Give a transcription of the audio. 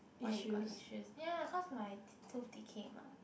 why you got issues yeah cause my tooth decayed mah